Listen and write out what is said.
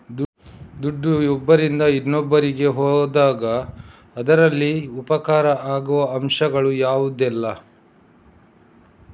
ದುಡ್ಡು ಒಬ್ಬರಿಂದ ಇನ್ನೊಬ್ಬರಿಗೆ ಹೋದಾಗ ಅದರಲ್ಲಿ ಉಪಕಾರ ಆಗುವ ಅಂಶಗಳು ಯಾವುದೆಲ್ಲ?